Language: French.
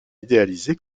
idéalisé